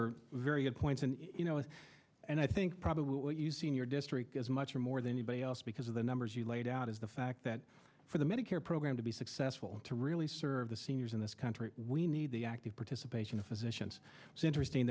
are very good points and you know and i think probably what you see in your district is much more than anybody else because of the numbers you laid out is the fact that for the medicare program to be successful to really serve the seniors in this country we need the active participation of physicians so interesting